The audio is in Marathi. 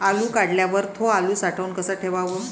आलू काढल्यावर थो आलू साठवून कसा ठेवाव?